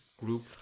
group